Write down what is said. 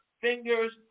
fingers